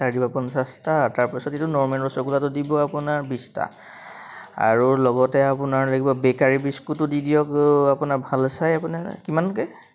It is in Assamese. তাৰ দিব পঞ্চাছটা তাৰপিছত এইটো নৰ্মেল ৰচগোল্লাটো দিব আপোনাৰ বিছটা আৰু লগতে আপোনাৰ লাগিব বেকাৰী বিস্কুটটো দি দিয়ক আপোনাৰ ভাল চাই আপোনাৰ কিমানকৈ